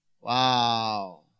Wow